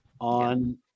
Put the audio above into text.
on